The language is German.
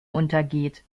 untergeht